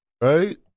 Right